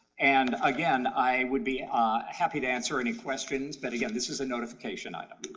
and, again, i would be ah happy to answer any questions, but again, this is a notification item.